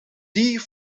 die